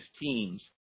teams